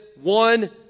one